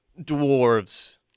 dwarves